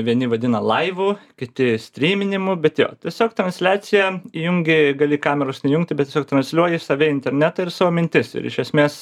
vieni vadina laivu kiti stryminimu bet jo tiesiog transliaciją įjungi gali kameros nejungti bet tiesiog transliuoji save į internetą ir savo mintis ir iš esmės